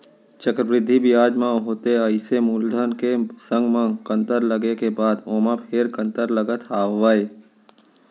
चक्रबृद्धि बियाज म होथे अइसे मूलधन के संग म कंतर लगे के बाद ओमा फेर कंतर लगत हावय